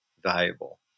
valuable